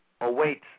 await